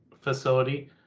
facility